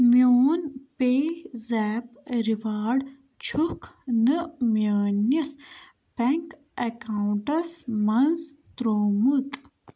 میٛون پیٚے زیپ ریوارڑ چھُکھ نہٕ میٛٲنِس بینٛک اَکاونٹَس منٛز ترٛوومُت